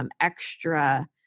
extra